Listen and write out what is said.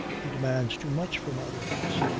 he demands too much from others.